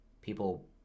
people